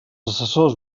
assessors